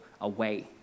away